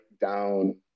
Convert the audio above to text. down